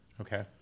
Okay